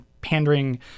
pandering